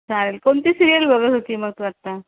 चालेल कोणती सिरीयल बघत होती मग तू आता